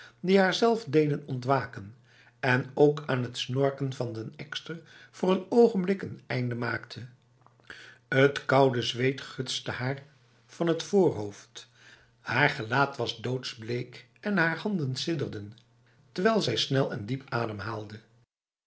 die haarzelf deden ontwaken en ook aan het snorken van den ekster voor n ogenblik een einde maakten het koude zweet gutste haar van het voorhoofd haar gelaat was doodsbleek en haar handen sidderden terwijl zij snel en diep ademhaalde